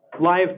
live